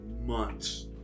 months